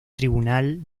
tribunal